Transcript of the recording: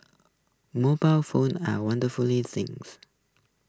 mobile phones are wonderful things